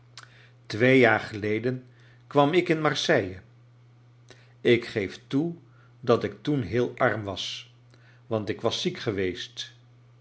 twee jaar geleden kwam ik in marseille ik gecf toe dat ik toen heel aim was want ik was ziek geweest